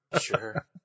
Sure